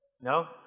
No